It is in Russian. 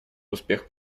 успех